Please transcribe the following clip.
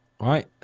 right